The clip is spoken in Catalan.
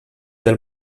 del